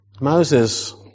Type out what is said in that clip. Moses